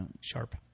sharp